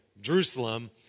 Jerusalem